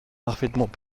parfaitement